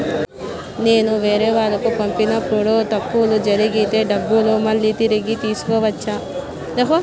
నేను వేరేవాళ్లకు పంపినప్పుడు తప్పులు జరిగితే డబ్బులు మళ్ళీ తిరిగి తీసుకోవచ్చా?